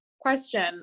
Question